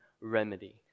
remedy